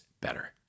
better